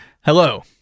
Hello